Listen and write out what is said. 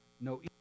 no